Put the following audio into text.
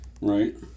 Right